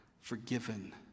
forgiven